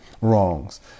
wrongs